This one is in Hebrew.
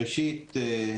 ראשית,